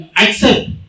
accept